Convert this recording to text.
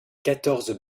quatorze